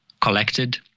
collected